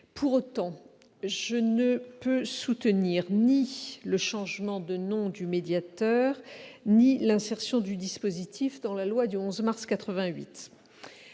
Pour autant, je ne peux soutenir ni le changement de nom du médiateur ni l'insertion du dispositif dans la loi du 11 mars 1988.